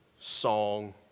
song